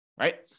right